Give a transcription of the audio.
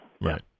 Right